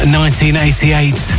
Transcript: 1988